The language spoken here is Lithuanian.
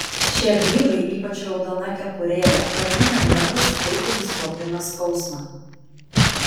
šie grybai ypač raudona kepurėle ramina nervus greitai nuslopina skausmą